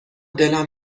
دلم